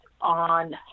on